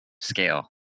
scale